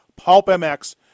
PULPMX